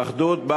בא